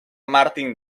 martin